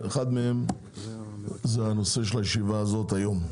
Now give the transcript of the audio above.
אחד מהם הוא הנושא של הישיבה הזאת היום.